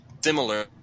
similar